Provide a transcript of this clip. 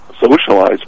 socialize